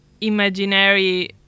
imaginary